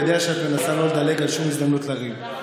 אני יודע שאת מנסה לא לדלג על שום הזדמנות לריב,